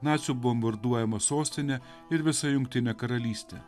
nacių bombarduojamą sostinę ir visą jungtinę karalystę